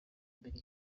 imbere